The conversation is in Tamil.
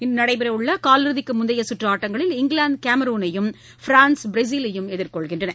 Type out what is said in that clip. இன்று நடைபெறவுள்ள னலிறுதிக்கு முந்தைய சுற்று ஆட்டங்களில் இங்கிலாந்து கேமருனையும் பிரான்ஸ் பிரேசிலையும் எதிர்கொள்கின்றன